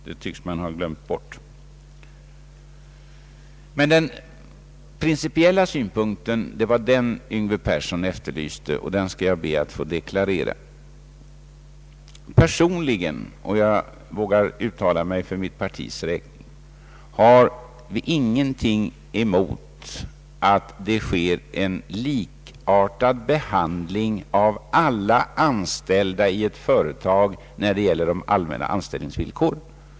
Men herr Yngve Persson efterlyste den principiella synpunkten, och den skall jag be att få deklarera. Vi har — jag vågar uttala mig för mitt partis räkning — ingenting emot att det blir en likartad behandling av alla anställda i ett företag när det gäller de allmänna anställningsvillkoren.